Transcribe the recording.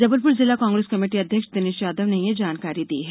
जबलपुर जिला कांग्रेस कमेटी अध्यक्ष दिनेश यादव ने यह जानकारी दी है